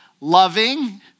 loving